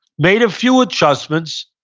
made a few adjustments,